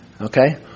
okay